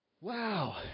Wow